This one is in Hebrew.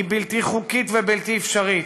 היא בלתי חוקית ובלתי אפשרית.